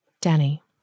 Danny